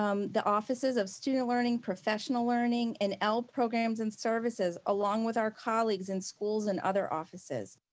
um the offices of student learning, professional learning, and el programs and services, along with our colleagues in schools and other offices,